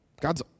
God's